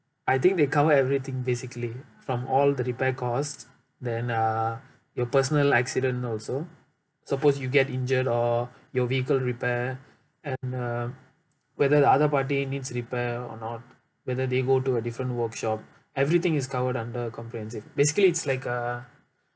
I think they cover everything basically from all the repair cost then uh your personal accident also suppose you get injured or your vehicle repair and um whether the other party needs repair or not whether they go to a different workshop everything is covered under comprehensive basically it's like a